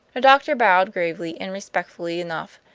doctor bowed gravely and respectfully enough,